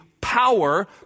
power